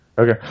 Okay